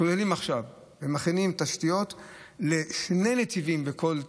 סוללים עכשיו ומכינים תשתיות לשני נתיבים בכל צד,